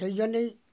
সেই জন্যই